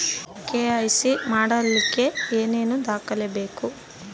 KYC ಮಾಡಲಿಕ್ಕೆ ಏನೇನು ದಾಖಲೆಬೇಕು?